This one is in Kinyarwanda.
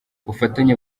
ubufatanye